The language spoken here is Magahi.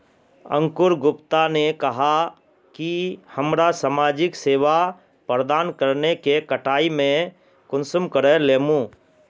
अंकूर गुप्ता ने कहाँ की हमरा समाजिक सेवा प्रदान करने के कटाई में कुंसम करे लेमु?